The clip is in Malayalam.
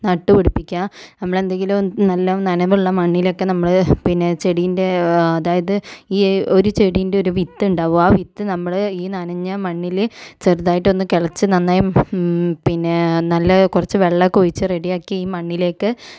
നട്ട് പിടിപ്പിക്കുക നമ്മളെന്തെങ്കിലും നല്ല നനവുള്ള മണ്ണിലൊക്കെ നമ്മള് പിന്നെ ചെടീൻ്റെ അതായത് ഈ ഒരു ചെടീൻ്റെ ഒരു വിത്തുണ്ടാകും ആ വിത്ത് നമ്മള് ഈ നനഞ്ഞ മണ്ണില് ചെറുതായിട്ടൊന്ന് കിളച്ച് നന്നായും പിന്നെ നല്ല കുറച്ച് വെള്ളമൊക്കെ ഒഴിച്ച് റെഡി ആക്കി ഈ മണ്ണിലേക്ക്